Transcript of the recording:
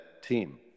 team